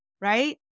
right